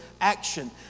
action